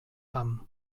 pam